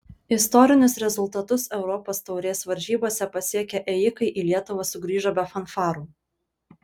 istorinius rezultatus europos taurės varžybose pasiekę ėjikai į lietuvą sugrįžo be fanfarų